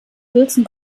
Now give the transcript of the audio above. wilson